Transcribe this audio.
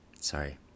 sorry